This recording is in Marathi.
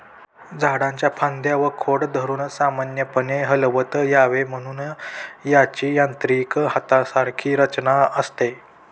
झाडाच्या फांद्या व खोड धरून सामान्यपणे हलवता यावे म्हणून त्याची यांत्रिक हातासारखी रचना असते